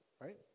right